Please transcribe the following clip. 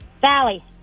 Sally